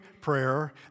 prayer